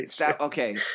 Okay